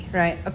right